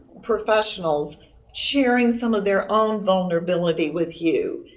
professionals sharing some of their own vulnerability with you.